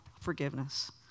forgiveness